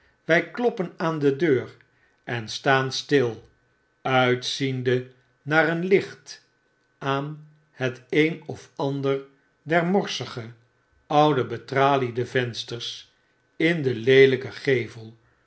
wy kloppen aan de deur en staan stil uitziende naar een licht aan het een of ander der morsige oude betraliede vensters in den leelyken gevel